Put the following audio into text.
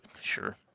sure